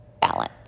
balance